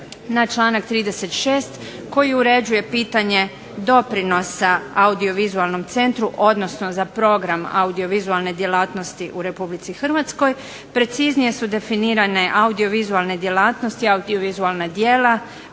na članak 36. koji uređuje pitanje doprinosa audiovizualnom centru, odnosno za program audiovizualne djelatnosti u RH; preciznije su definirane audiovizualne djelatnosti i audiovizualna djela,